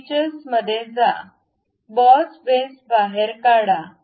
features मध्ये जा बॉस बेस बाहेर काढा